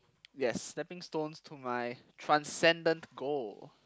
yes stepping stones to my transcendent goal